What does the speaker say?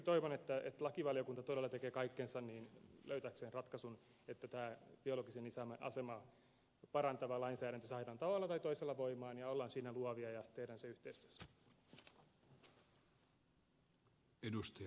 toivon että lakivaliokunta tekee todella kaikkensa löytääkseen ratkaisun että biologisen isän asemaa parantava lainsäädäntö saadaan tavalla tai toisella voimaan ja ollaan siinä luovia ja tehdään se yhteistyössä